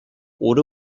order